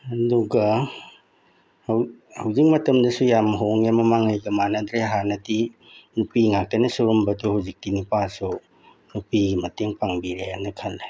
ꯑꯗꯨꯒ ꯍꯧꯖꯤꯛ ꯃꯇꯝꯗꯁꯨ ꯌꯥꯝ ꯍꯣꯡꯉꯦ ꯃꯃꯥꯡꯉꯩꯒ ꯃꯥꯟꯅꯗ꯭ꯔꯦ ꯍꯥꯟꯅꯗꯤ ꯅꯨꯄꯤ ꯉꯥꯛꯇꯅ ꯁꯨꯔꯝꯕꯗꯨ ꯍꯧꯖꯤꯛꯇꯤ ꯅꯨꯄꯥꯁꯨ ꯅꯨꯄꯤꯒꯤ ꯃꯇꯦꯡ ꯄꯥꯡꯕꯤꯔꯦꯅ ꯈꯜꯂꯦ